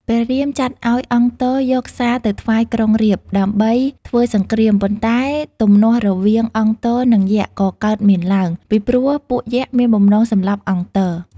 ព្រះរាមចាត់ឱ្យអង្គទ យកសារទៅថ្វាយក្រុងរាពណ៍ ដើម្បីធ្វើសង្គ្រាម ប៉ុន្តែទំនាស់រវាង អង្គទនិងយក្សក៏កើតមានឡើង ពីព្រោះពួកយក្សមានបំណងសម្លាប់អង្គទ។